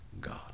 God